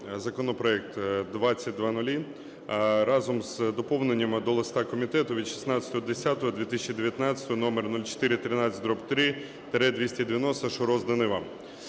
законопроект 2000 разом з доповненнями до листа комітету від 16.10.2019 № 0413/3-290, що розданий вам.